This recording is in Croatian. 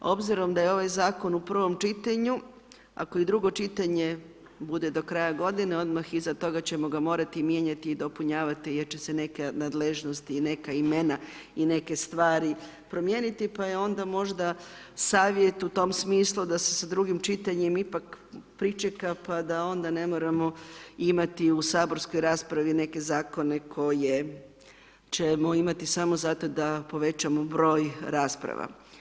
Obzirom da je ovaj zakon u prvom čitanju ako i drugo čitanje bude do kraja godine odmah iza toga ćemo ga morati mijenjati i dopunjavati jer će se neke nadležnosti i neka imena i neke stvari promijeniti pa je onda možda savjet u tom smislu da se sa drugim čitanjem ipak pričeka pa da onda ne moramo imati u saborskoj raspravi neke zakone koje ćemo imati samo zato da povećamo broj rasprava.